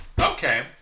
Okay